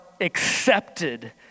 accepted